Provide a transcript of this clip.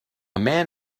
man